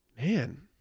Man